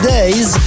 Days